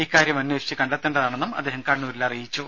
ഇക്കാര്യം അന്വേഷിച്ച് കണ്ടെത്തേണ്ടതാണെന്നും അദ്ദേഹം കണ്ണൂരിൽ പറഞ്ഞു